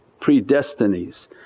predestinies